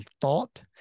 thought